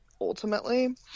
ultimately